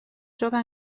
troba